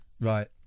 Right